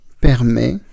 permet